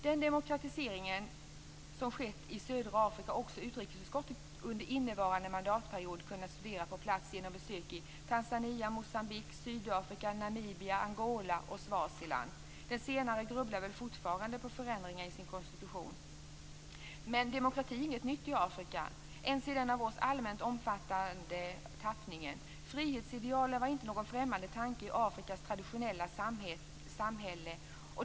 Den demokratisering som skett i södra Afrika har också utrikesutskottet under innevarande mandatperiod kunnat studera på plats genom besök i Tanzania, Moçambique, Sydafrika, Namibia, Angola och Swaziland. I Swaziland grubblar man väl fortfarande på förändringarna i landets konstitution. Men demokrati är inget nytt i Afrika - inte ens i den av oss allmänt omfattande tappningen. Frihetsidealet var inte någon främmande tanke i Afrikas traditionella samhälle.